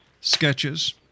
sketches